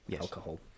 alcohol